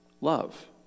love